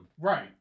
right